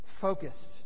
focused